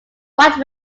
white